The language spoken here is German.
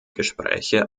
gespräche